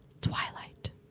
Twilight